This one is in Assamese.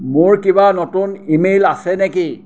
মোৰ কিবা নতুন ইমেইল আছে নেকি